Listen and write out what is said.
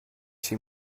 she